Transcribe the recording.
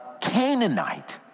Canaanite